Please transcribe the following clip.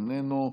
איננו,